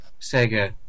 Sega